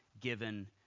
given